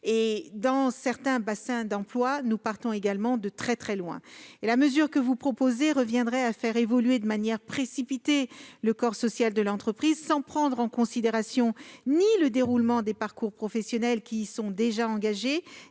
dans certains bassins d'emploi, la parité est particulièrement déséquilibrée. La mesure que vous proposez reviendrait à faire évoluer de manière précipitée le corps social de l'entreprise, sans prendre en considération le déroulement des parcours professionnels déjà engagés